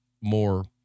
more